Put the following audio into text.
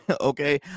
okay